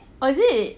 oh is it